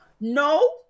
no